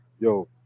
yo